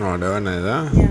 oh that one nice ah